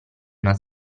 una